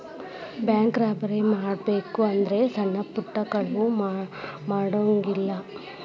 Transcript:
bank robbery ಮಾಡ್ಬೆಕು ಅಂದ್ರ ಸಣ್ಣಾ ಪುಟ್ಟಾ ಕಳ್ರು ಮಾಡಂಗಿಲ್ಲಾ